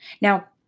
Now